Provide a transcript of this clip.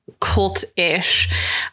cult-ish